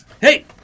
Hey